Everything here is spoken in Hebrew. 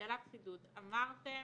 שאלת חידוד אמרתם,